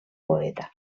poeta